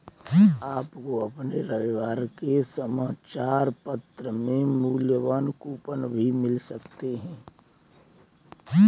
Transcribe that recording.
आपको अपने रविवार के समाचार पत्र में मूल्यवान कूपन भी मिल सकते हैं